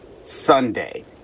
Sunday